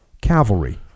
cavalry